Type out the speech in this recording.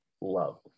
love